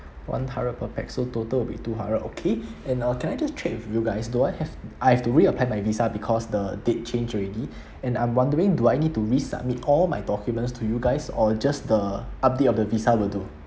one hundred per pax so total will be two hundred okay and uh can I just check with you guys do I have I have to reapply my visa because the date change already and I'm wondering do I need to resubmit all my documents to you guys or just the update of the visa will do